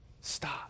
stop